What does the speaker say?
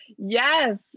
Yes